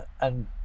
And-